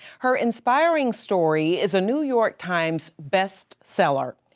her inspiring story is a new york times best seller.